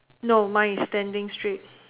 no mine is standing straight